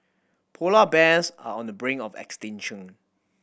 polar bears are on the brink of extinction